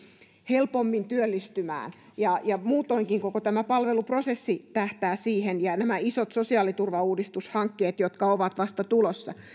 helpommin työllistymään muutoinkin koko tämä palveluprosessi tähtää siihen ja nämä isot sosiaaliturvauudistushankkeet jotka ovat vasta tulossa